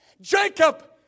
Jacob